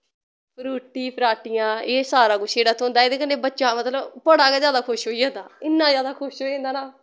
फरूटी फराटियां एह् सारा कुछ जेह्ड़ा थ्होंदा एह्दे कन्नै बच्चा मतलव बड़ा गै जैदा खुश होई जंदा इन्ना जैदा खुश होई जंदा ना